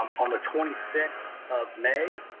um on the twenty sixth of may,